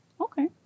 Okay